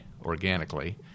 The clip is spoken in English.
organically